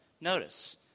notice